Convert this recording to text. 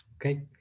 Okay